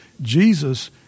Jesus